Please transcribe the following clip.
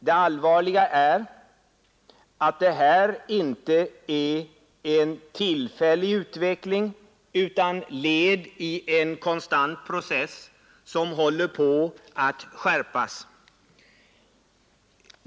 Det allvarliga är att detta inte är en tillfällig utveckling utan ett led i en konstant process som håller på att skärpas.